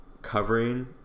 covering